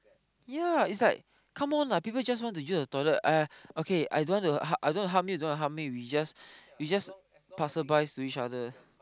yea is like come on lah people just want to use the toilet I okay I don't want to harm I don't want to harm you you don't want to harm me we just we just passerby to each other